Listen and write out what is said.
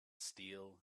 steel